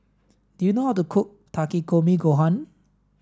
do you know how to cook Takikomi Gohan